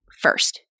first